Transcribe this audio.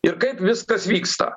ir kaip viskas vyksta